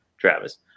Travis